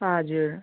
हजुर